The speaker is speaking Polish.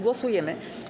Głosujemy.